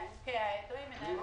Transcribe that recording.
זה מתעדכן